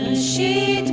she